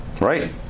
right